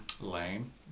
Lame